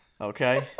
Okay